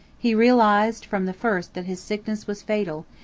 he realized from the first that his sickness was fatal,